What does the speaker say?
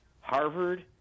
Harvard